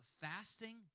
fasting